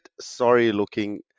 sorry-looking